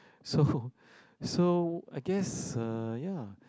so so I guess uh ya